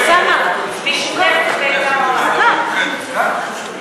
שאמר חבר הכנסת דב, חוקה, חוקה.